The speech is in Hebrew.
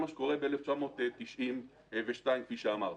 פיקוד העורף מוקם,